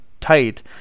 tight